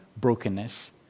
brokenness